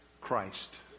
Christ